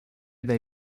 they